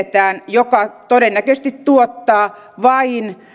joka todennäköisesti vain tuottaa rakennuttajille helpohkoa tuloa